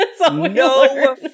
no